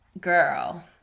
Girl